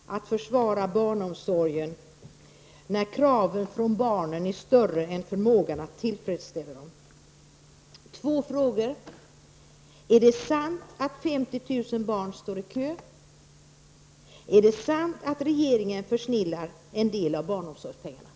Herr talman! Det kan inte vara lätt att försvara barnomsorgen när kraven från barnen är större än förmågan att tillfredsställa dem. Är det sant att 50 000 barn står i kö? Är det sant att regeringen försnillar en del av barnomsorgspengarna?